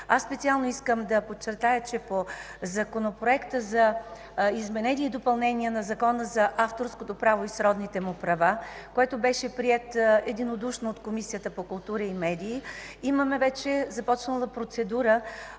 Специално искам да подчертая, че по Законопроекта за изменение и допълнение на Закона за авторското право и сродните му права, който беше приет единодушно от Комисията по култура и медии, имаме вече започната процедура